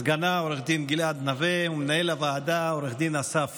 סגנה עו"ד גלעד נוה ומנהל הוועדה עו"ד אסף פרידמן.